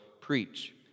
preach